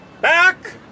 Back